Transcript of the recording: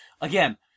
again